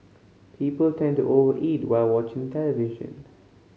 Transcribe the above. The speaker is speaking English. people tend to over eat while watching television